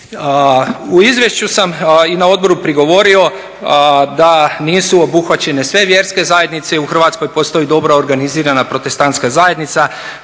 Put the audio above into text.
U izvješću sam i na odboru prigovorio da nisu obuhvaćene sve vjerske zajednice. U Hrvatskoj postoji dobro organizirana protestantska zajednica